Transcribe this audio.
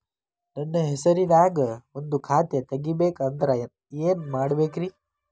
ನನ್ನ ಹೆಸರನ್ಯಾಗ ಒಂದು ಖಾತೆ ತೆಗಿಬೇಕ ಅಂದ್ರ ಏನ್ ಮಾಡಬೇಕ್ರಿ?